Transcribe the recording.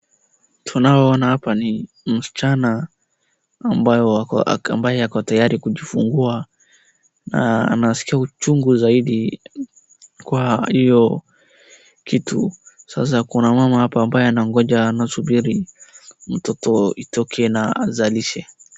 Tunaona hapa ni msichana ambaye ako tayari kujifungua na anasikia uchungu zaidi kwa hiyo kitu. Sasa kuna mama hapa ambaye anangoja, anasubiri mtoto itoke na azalishe.